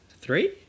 Three